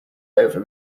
over